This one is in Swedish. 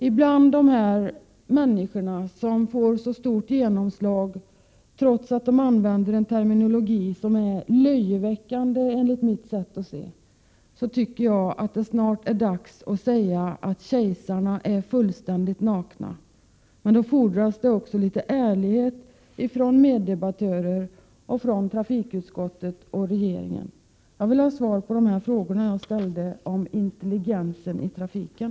När man ser dessa människor som får så stort genomslag trots att de använder en terminologi som är löjeväckande enligt mitt sätt att se, tycker jag det är dags att säga att kejsarna är fullständigt nakna! Men det fordras litet ärlighet från våra meddebattörer, trafikutskottet och regeringen. Jag vill ha svar på de frågor jag ställde om intelligensen i trafiken.